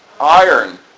iron